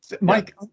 Mike